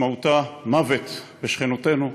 משמעותה מוות לשכנותינו,